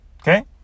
Okay